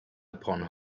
upon